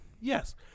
Yes